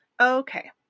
Okay